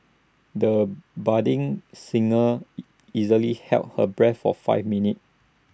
the budding singer easily held her breath for five minutes